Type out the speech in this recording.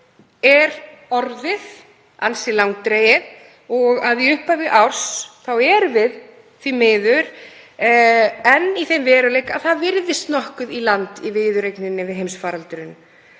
er orðið ansi langdregið og í upphafi árs erum við því miður enn stödd í þeim veruleika að það virðist nokkuð í land í viðureigninni við heimsfaraldurinn.